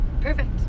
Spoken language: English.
perfect